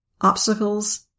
obstacles